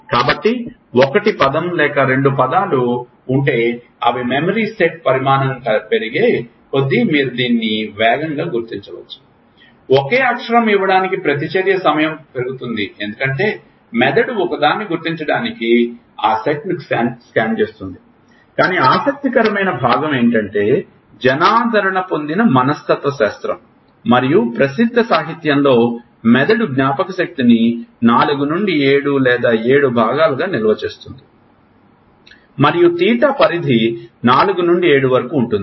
కాబట్టి 1 పదం లేదా 2 పదాలు ఉంటే అవి మెమరీ సెట్ పరిమాణం పెరిగే కొద్దీ మీరు దీన్ని వేగంగా గుర్తించవచ్చు ఒకే అక్షరం ఇవ్వడానికి ప్రతిచర్య సమయం పెరుగుతుంది ఎందుకంటే మెదడు ఒకదాన్ని గుర్తించడానికి ఆ సెట్ను స్కాన్ చేస్తుంది కానీ ఆసక్తికరమైన భాగం ఏమిటంటే జనాదరణ పొందిన మనస్తత్వశాస్త్రం మరియు ప్రసిద్ధ సాహిత్యంలో మెదడు జ్ఞాపకశక్తిని 4 నుండి 7 లేదా 7 భాగాలుగా నిల్వ చేస్తుంది మరియు తీటా పరిధి 4 నుండి 7 వరకు ఉంటుంది